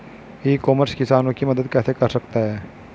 ई commerce किसानों की मदद कैसे कर सकता है?